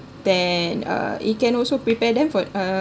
then uh it can also prepare them for uh